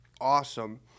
awesome